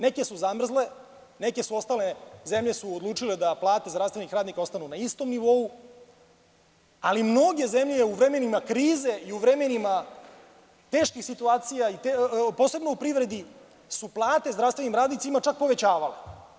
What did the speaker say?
Neke su zamrzle, neke zemlje su odlučile da plate zdravstvenih radnika ostanu na istom nivou, ali mnoge zemlje u vremenima krize i u vremenima teških situacija, posebno u privredi, su plate zdravstvenim radnicima čak povećavale.